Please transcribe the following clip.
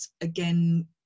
again